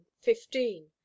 fifteen